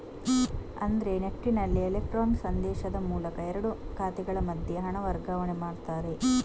ಅಂದ್ರೆ ನೆಫ್ಟಿನಲ್ಲಿ ಇಲೆಕ್ಟ್ರಾನ್ ಸಂದೇಶದ ಮೂಲಕ ಎರಡು ಖಾತೆಗಳ ಮಧ್ಯೆ ಹಣ ವರ್ಗಾವಣೆ ಮಾಡ್ತಾರೆ